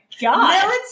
god